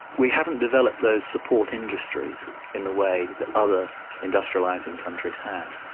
we haven't developed those support industries in the way that other industrialising countries have.